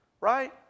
right